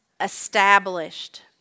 established